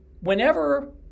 whenever